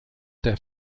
der